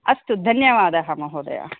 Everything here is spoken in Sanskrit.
अस्तु धन्यवादः महोदय